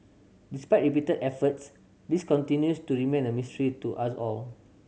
despite repeated efforts this continues to remain a mystery to us all